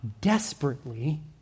desperately